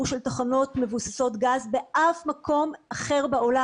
של תחנות מבוססות גז באף מקום אחר בעולם.